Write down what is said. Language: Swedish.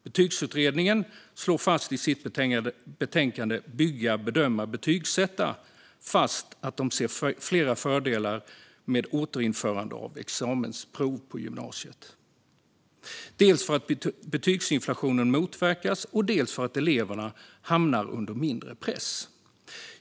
Betygsutredningen slår i sitt betänkande Bygga, bedöma, betygssätta fast att man ser flera fördelar med återinförande av examensprov på gymnasiet, dels för att betygsinflationen motverkas, dels för att eleverna hamnar under mindre press.